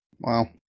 Wow